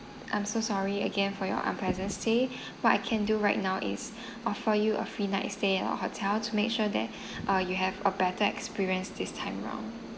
I'm so sorry again for your unpleasant stay what I can do right now is offer you a free night stay at our hotel to make sure that uh you have a better experience this time around